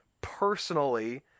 personally